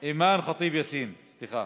אימאן ח'טיב יאסין, סליחה,